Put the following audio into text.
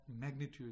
magnitude